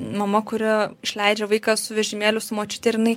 mama kuri išleidžia vaiką su vežimėliu su močiute ir jinai